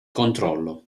controllo